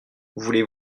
voulez